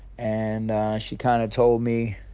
and she kind of told me